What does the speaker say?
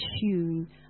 tune